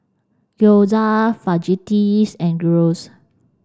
Gyoza Fajitas and Gyros